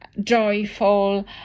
joyful